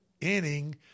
inning